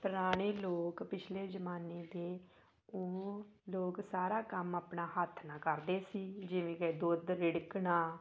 ਪੁਰਾਣੇ ਲੋਕ ਪਿਛਲੇ ਜ਼ਮਾਨੇ ਦੇ ਉਹ ਲੋਕ ਸਾਰਾ ਕੰਮ ਆਪਣਾ ਹੱਥ ਨਾਲ ਕਰਦੇ ਸੀ ਜਿਵੇਂ ਕਿ ਦੁੱਧ ਰਿੜਕਣਾ